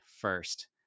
first